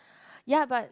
ya but